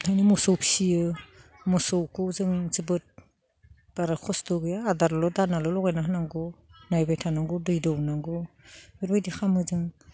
मोसौ फिसियो मोसौखौ जों जोबोद बारा कस्त' गैया आदारल' दानाल' लगायना होनांगौ नायबाय थानांगौ दै दौनांगौ बेफोरबायदि खालामो जों